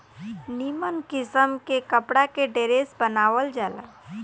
निमन किस्म के कपड़ा के ड्रेस बनावल जाला